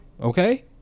Okay